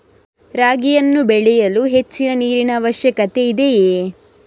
ರಾಗಿಯನ್ನು ಬೆಳೆಯಲು ಹೆಚ್ಚಿನ ನೀರಿನ ಅವಶ್ಯಕತೆ ಇದೆಯೇ?